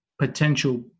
potential